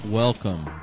Welcome